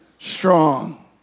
strong